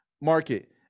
market